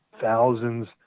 thousands